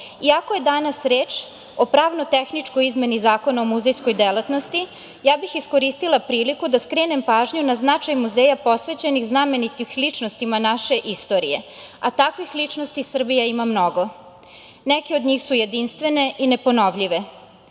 je danas reč o pravno-tehničkoj izmeni Zakona o muzejskoj delatnosti, iskoristila bih priliku da skrenem pažnju na značaj muzeja posvećenih znamenitih ličnostima naše istorije, a takvih ličnosti Srbija ima mnogo, neke od njih su jedinstvene i neponovljive.